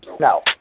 No